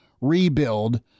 rebuild